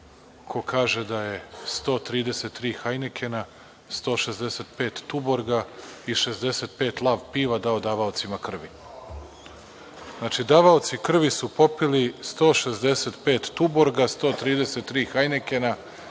ko kaže da je 133 Hajnikena, 165 Tuborga i 65 Lav piva dao davaocima krvi. Znači, davaoci krvi su popili 165 Tuborga, 133 Hajnikena